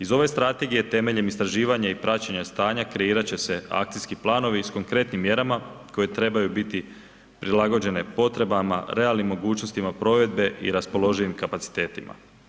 Iz ove Strategije temeljem istraživanja i praćenja stanja kreirat će se Akcijski planovi s konkretnim mjerama koje trebaju biti prilagođene potrebama, realnim mogućnostima provedbe i raspoloživim kapacitetima.